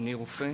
אני רופא.